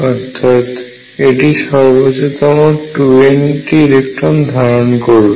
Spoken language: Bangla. অর্থাৎ এটি সর্বোচ্চতম 2N ইলেকট্রন ধারণ করবে